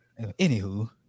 Anywho